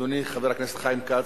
אדוני חבר הכנסת חיים כץ,